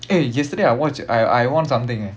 eh yesterday I watch I I won something eh